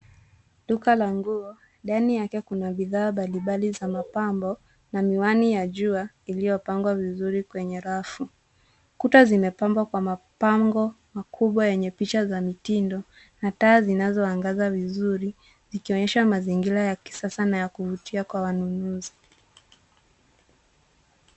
Duka la nguo. Ndani yake kuna bidhaa mbalimbali za mapambo na miwani ya jua iliyopangwa vizuri kwenye rafu. Kuta zimepambwa kwa mabango makubwa yenye picha za mitindo na taa zinazoangaza vizuri ikionyesha mazingira ya kisasa na ya kuvutia kwa wanunuzi.